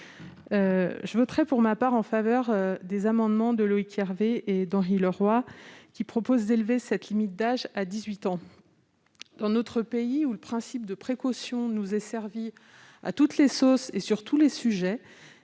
Je soutiendrai donc les amendements de Loïc Hervé et Henri Leroy, qui tendent à élever la limite d'âge à 18 ans. Dans notre pays où le principe de précaution est servi à toutes les sauces et sur tous les sujets,